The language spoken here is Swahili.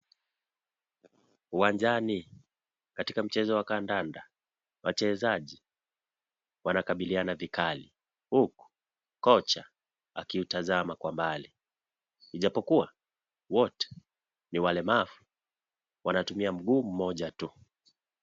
Uwanjani katika mchezo wa kandanda, wachezaji wanakabiriana vikali. Huku kocha akiutazama kwa umbali. Ijapokua, wote ni walemavu wanatumia mguu mmoja tu.